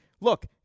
look